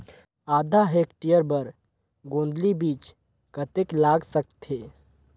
आधा हेक्टेयर बर गोंदली बीच कतेक लाग सकथे?